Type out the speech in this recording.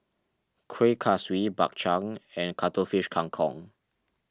Kuih Kaswi Bak Chang and Cuttlefish Kang Kong